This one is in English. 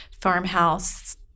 farmhouse